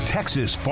Texas